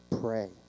Pray